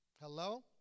Hello